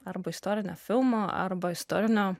arba istorinio filmo arba istorinio